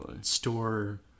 store